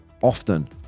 often